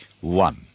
one